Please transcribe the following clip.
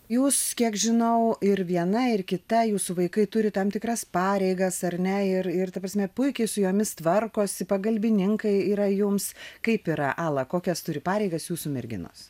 jūs kiek žinau ir viena ir kita jūsų vaikai turi tam tikras pareigas ar ne ir ir ta prasme puikiai su jomis tvarkosi pagalbininkai yra jums kaip yra ala kokias turi pareigas jūsų merginos